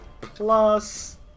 plus